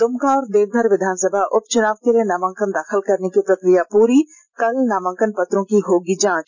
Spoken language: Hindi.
दुमका और देवघर विधानसभा उपचुनाव के लिए नामांकन दाखिल करने की प्रकिया पूरी कल न् नामांकन पत्रों की होगी जांच